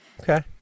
Okay